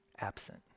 absent